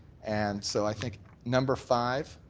and so i think number five